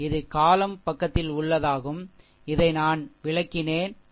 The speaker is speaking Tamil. இது column பக்கத்தில் உள்ளதாகும் இதை நான் விளக்கினேன் சரி